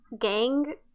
gang